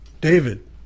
David